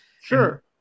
Sure